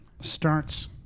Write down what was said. starts